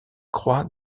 croix